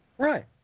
Right